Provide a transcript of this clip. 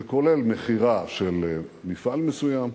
זה כולל מכירה של מפעל מסוים,